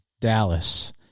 Dallas